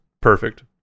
perfect